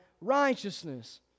righteousness